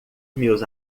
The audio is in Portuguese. meus